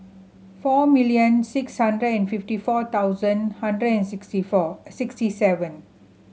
four million six hundred and fifty four thousand hundred and sixty four sixty seven